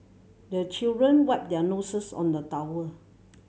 the children wipe their noses on the towel